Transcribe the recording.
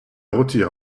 retire